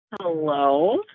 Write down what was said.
Hello